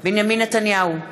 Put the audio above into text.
בנימין נתניהו,